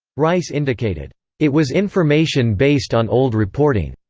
rice indicated it was information based on old reporting.